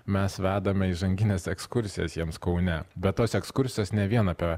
mes vedame įžangines ekskursijas jiems kaune bet tos ekskursijos ne vien apie